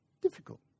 difficult